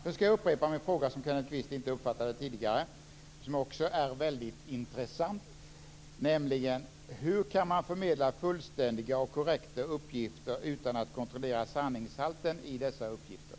Nu skall jag upprepa den fråga som Kenneth Kvist inte uppfattade tidigare och som också är väldigt intressant: Hur kan man förmedla fullständiga och korrekta uppgifter utan att kontrollera sanningshalten i dessa uppgifter?